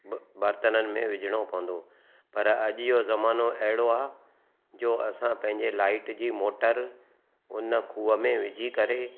बर्तननि में विझणो पवंदो पर अॼु जो ज़मानो अहिड़ो आहे जो असां पंहिंजी लाइट जी मोटर हुन खूह में विझी करे